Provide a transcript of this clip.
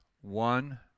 one